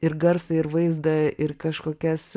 ir garsą ir vaizdą ir kažkokias